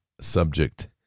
subject